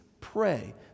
pray